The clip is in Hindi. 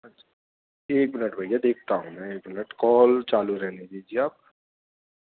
एक मिनट भैया देखता हूँ मैं एक मिनट कॉल चालू रहने दीजिए आप